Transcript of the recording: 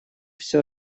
всё